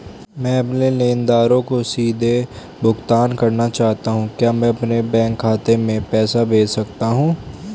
मैं अपने लेनदारों को सीधे भुगतान करना चाहता हूँ क्या मैं अपने बैंक खाते में पैसा भेज सकता हूँ?